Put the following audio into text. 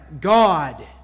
God